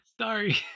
Sorry